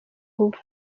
ubu